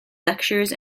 lectures